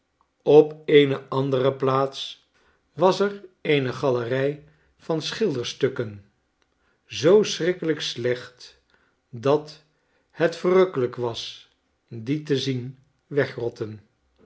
op eene andere plaats was er eene galerij van schilderstukken zoo schrikkelijk slecht dat het verrukkelijk was die te zien wegrotten